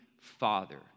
father